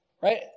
right